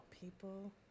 people